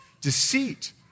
deceit